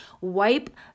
wipe